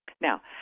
Now